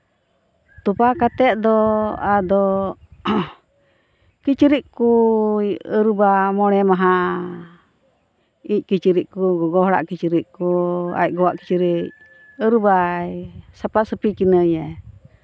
ᱛᱚᱯᱟ ᱠᱟᱛᱮ ᱫᱚ ᱟᱫᱚ ᱠᱤᱪᱨᱤᱡ ᱠᱚᱭ ᱟᱨᱩᱵᱟ ᱢᱚᱬᱮ ᱢᱟᱦᱟ ᱤᱡ ᱠᱤᱪᱨᱤᱡ ᱠᱚ ᱜᱚᱜᱚ ᱦᱚᱲᱟᱜ ᱠᱤᱪᱨᱤᱡ ᱠᱚ ᱟᱡ ᱜᱚᱣᱟᱜ ᱠᱤᱪᱨᱤᱡ ᱟᱨᱩᱵᱟᱭ ᱥᱟᱯᱷᱟᱼᱥᱟᱯᱷᱤ ᱠᱤᱱᱟᱹᱭ